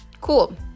cool